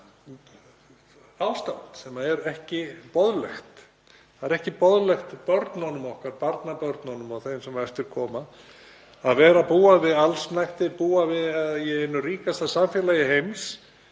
endi á þetta ástand sem er ekki boðlegt. Það er ekki boðlegt börnunum okkar, barnabörnunum og þeim sem á eftir koma að búa við allsnægtir, búa í einu ríkasta samfélagi heims,